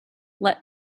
let